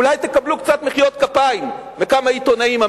אולי תקבלו קצת מחיאות כפיים מכמה עיתונאים.